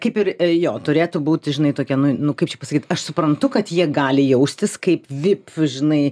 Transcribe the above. kaip ir jo turėtų būti žinai tokia nu nu kaip čia pasakyt aš suprantu kad jie gali jaustis kaip vip žinai